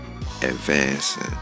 Advancing